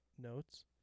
Notes